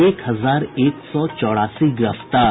एक हजार एक सौ चौरासी गिरफ्तार